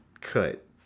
cut